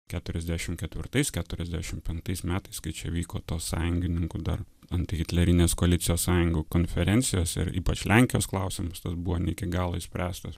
keturiasdešim ketvirtais keturiasdešim penktais metais kai čia vyko tos sąjungininkų dar antihitlerinės koalicijos sąjungų konferencijos ir ypač lenkijos klausimas tas buvo ne iki galo išspręstas